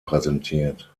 präsentiert